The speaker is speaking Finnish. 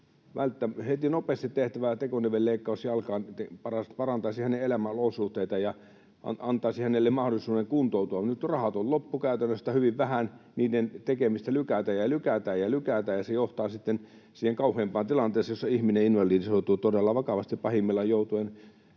nopeasti tehtävä tekonivelleikkaus jalkaan parantaisi hänen elämänsä olosuhteita ja antaisi hänelle mahdollisuuden kuntoutua. Nyt raha on käytännössä loppu, tai sitä on hyvin vähän. Tekonivelleikkausten tekemistä lykätään ja lykätään ja lykätään, ja se johtaa sitten siihen kauheimpaan tilanteeseen, jossa ihminen invalidisoituu todella vakavasti, pahimmillaan joutuu